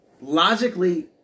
Logically